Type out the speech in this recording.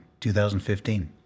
2015